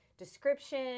Description